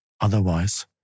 Otherwise